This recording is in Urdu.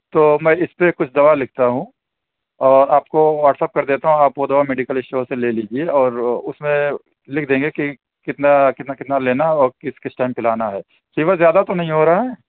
تو میں اِس پہ کچھ دوا لِکھتا ہوں اور آپ کو واٹس ایپ کردیتا ہوں آپ وہ دوا میڈیکل اسٹور سے لے لیجئے اور اُس میں لِکھ دیں گے کہ کتنا کتنا کتنا لینا ہے اور کس کس ٹائم پلانا ہے فیور زیادہ تو نہیں ہورہا ہے